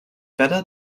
better